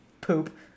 poop